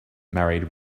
married